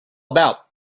about